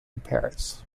paris